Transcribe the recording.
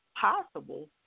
possible